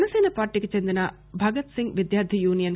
జనసేన పార్టీకి చెందిన భగత్సింగ్ విద్యార్థి యూనియన్ బి